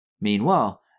Meanwhile